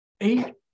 eight